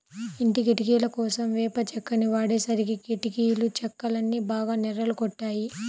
ఇంటి కిటికీలకోసం వేప చెక్కని వాడేసరికి కిటికీ చెక్కలన్నీ బాగా నెర్రలు గొట్టాయి